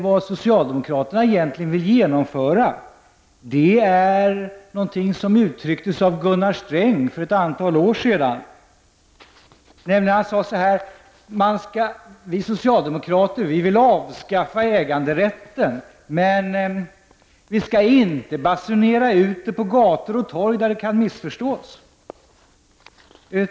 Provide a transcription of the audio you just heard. Vad socialdemokraterna helt enkelt vill genomföra är någonting som uttrycktes av Gunnar Sträng för ett antal år sedan, då han sade: Vi socialdemokrater vill avskaffa äganderätten, men vi skall inte basunera ut det på gator och torg, där det kan missförstås.